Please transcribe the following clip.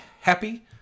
happy